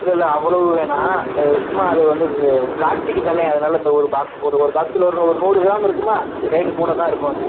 இல்லல்லை அவ்வளோவு வேணா சும்மா அது வந்து காட்சிக்கு தானே அதனால் இந்த ஒரு பாக்ஸ் போதும் ஒரு பாக்ஸில் ஒரு ஒரு நூறு கிராம் இருக்குமா ரேட்டு கூட தான் இருக்கும் அது